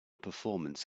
performance